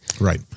Right